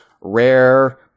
rare